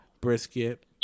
brisket